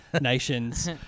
Nations